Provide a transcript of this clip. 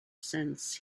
sense